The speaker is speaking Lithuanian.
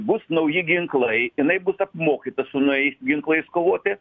bus nauji ginklai jinai bus apmokyta su naujais ginklais kovoti